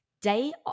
day